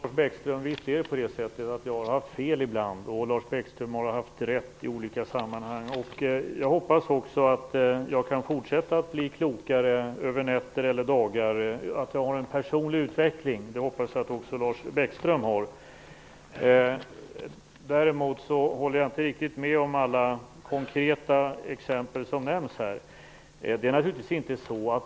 Herr talman! Visst är det så, Lars Bäckström, att jag ibland har haft fel och att Lars Bäckström har haft rätt i olika sammanhang. Jag hoppas att jag kan fortsätta att bli bättre över nätter eller dagar och att jag har en personlig utveckling. Det hoppas jag att också Däremot håller jag inte riktigt med när det gäller alla konkreta exempel som nämns här.